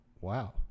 Wow